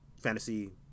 fantasy